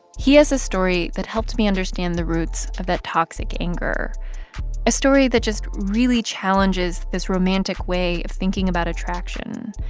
he has a story that helps me understand the roots of that toxic anger a story that just really challenges this romantic way of thinking about attraction.